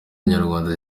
nyarwanda